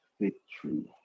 victory